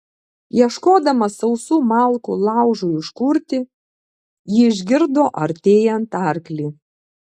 ieškodama sausų malkų laužui užkurti ji išgirdo artėjant arklį